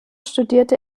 studierte